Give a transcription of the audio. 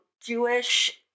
Jewish